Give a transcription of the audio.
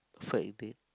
perfect date